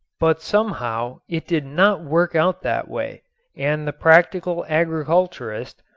but somehow it did not work out that way and the practical agriculturist,